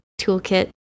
toolkit